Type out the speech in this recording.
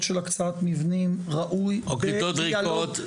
של הקצאת מבנים ראוי -- וכיתות ריקות.